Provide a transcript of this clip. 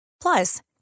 Plus